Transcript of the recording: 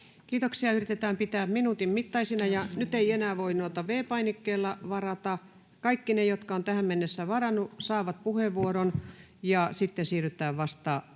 Kiitoksia, yritetään pitää minuutin mittaisena. — Nyt ei enää voi V-painikkeella varata. Kaikki ne, jotka ovat tähän mennessä varanneet, saavat puheenvuoron, ja sitten siirrytään vasta